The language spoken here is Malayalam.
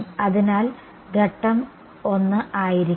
അതിനാൽ ഘട്ടം 1 ആയിരിക്കും